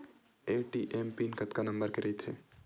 ATM PIN कतका number के रही थे?